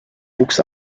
wuchs